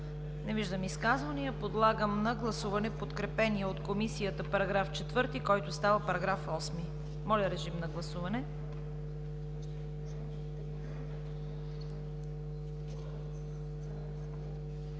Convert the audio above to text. Не виждам изказвания. Подлагам на гласуване подкрепения от Комисията § 15, който става § 20. Моля, режим на гласуване.